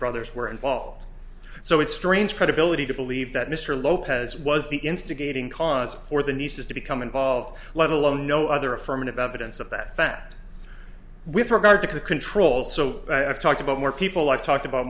brothers were involved so it strains credibility to believe that mr lopez was the instigating cause for the nieces to become involved let alone no other affirmative evidence of that fact with regard to the control so i've talked about more people i've talked about